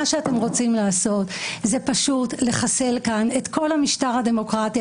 מה שאתם רוצים לעשות זה פשוט לחסל כאן את כל המשטר הדמוקרטי.